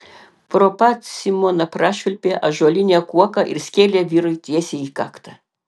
pro pat simoną prašvilpė ąžuolinė kuoka ir skėlė vyrui tiesiai į kaktą